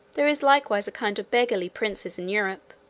there is likewise a kind of beggarly princes in europe,